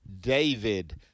David